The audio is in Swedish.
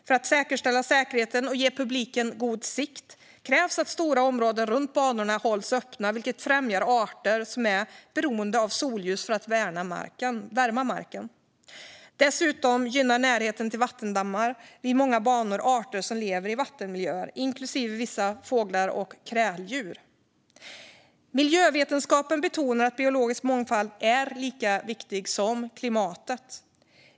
För att säkerställa säkerheten och ge publiken god sikt krävs att stora områden runt banorna hålls öppna, vilket främjar arter som är beroende av solljus som värmer marken. Dessutom gynnar närheten till vattendammar vid många banor arter som lever i vattenmiljöer, inklusive vissa fåglar och kräldjur. Miljövetenskapen betonar att biologisk mångfald är lika viktig som klimatet.